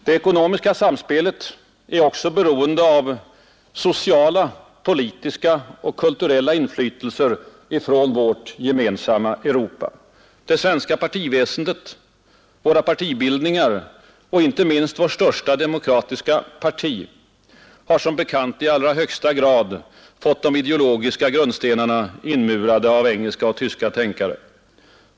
Det ekonomiska samspelet är också beroende av sociala, politiska och kulturella inflytelser från vårt gemensamma Europa. Det svenska partiväsendet, våra partibildningar och inte minst vårt största demokratiska parti har som bekant i allra högsta grad fått de ideologiska grundstenarna inmurade av engelska och tyska tänkare.